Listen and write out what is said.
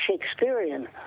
Shakespearean